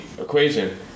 equation